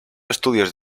estudios